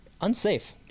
Unsafe